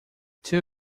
two